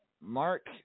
Mark